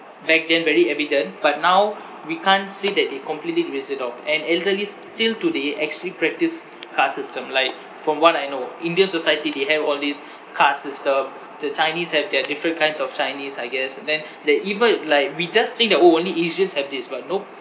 back then very evident but now we can't say that they completely erased it off and elderlies till today actually practice caste system like from what I know india society they have all these caste system the chinese have their different kinds of chinese I guess then then even like we just think that orh only asians have this but nope